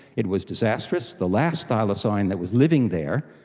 it was disastrous the last thylacine that was living there,